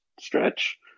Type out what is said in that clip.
stretch